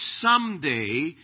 someday